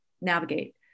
navigate